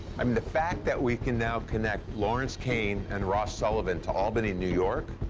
i mean, the fact that we can now connect lawrence kane and ross sullivan to albany, new york,